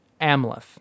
Amleth